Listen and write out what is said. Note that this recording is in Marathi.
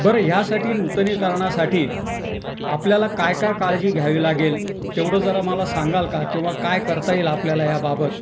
बरं ह्यासाठी नूतनीकरणासाठी आपल्याला काय काय काळजी घ्यावी लागेल तेवढं जरा मला सांगाल का किंवा काय करता येईल आपल्याला याबाबत